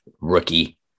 rookie